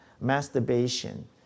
masturbation